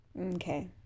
Okay